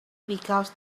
because